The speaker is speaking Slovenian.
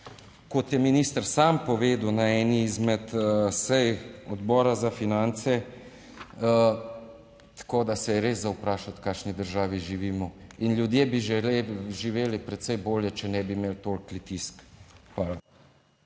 kot je minister sam povedal na eni izmed sej Odbora za finance, tako da se je res za vprašati, v kakšni državi živimo. In ljudje bi živeli precej bolje, če ne bi imeli toliko Litijsk. Hvala.